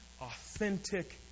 authentic